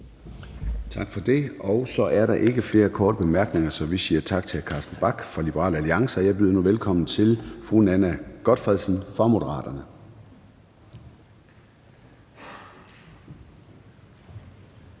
Tak for det. Der er ikke flere korte bemærkninger, så vi siger tak til hr. Carsten Bach fra Liberal Alliance. Og jeg byder nu velkommen til fru Nanna W. Gotfredsen fra Moderaterne.